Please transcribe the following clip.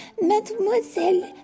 Mademoiselle